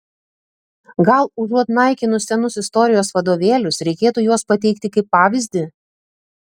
gal užuot naikinus senus istorijos vadovėlius reikėtų juos pateikti kaip pavyzdį